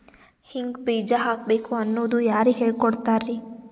ಹಿಂಗ್ ಬೀಜ ಹಾಕ್ಬೇಕು ಅನ್ನೋದು ಯಾರ್ ಹೇಳ್ಕೊಡ್ತಾರಿ?